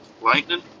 lightning